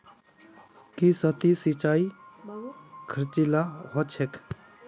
की सतही सिंचाई खर्चीला ह छेक